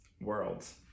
worlds